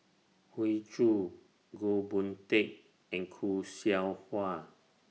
Hoey Choo Goh Boon Teck and Khoo Seow Hwa